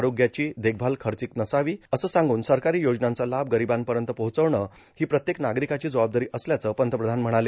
आरोग्याची देखभाल खर्चिक नसावी असं सांगून सरकारी योजनांचा लाभ गरिबांपर्यत पोहोचवणं ही प्रत्येक नागरिकाची जबाबदारी असल्याचं पंतप्रधान म्हणाले